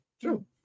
True